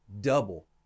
double